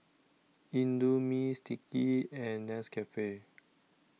Indomie Sticky and Nescafe